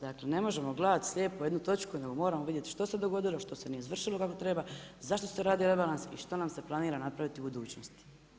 Dakle, ne možemo gledati slijepo jednu točku nego moramo vidjet što se dogodilo, što se nije izvršilo kako treba, zašto se radi rebalans i što nam se planira napraviti u budućnosti.